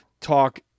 talk